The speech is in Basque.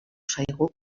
zaigu